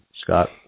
Scott